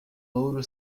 louro